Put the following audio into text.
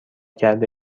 کرده